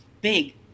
big